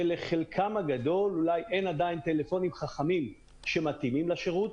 שלחלקם הגדול אולי אין עדיין טלפונים חכמים שמתאימים לשירות.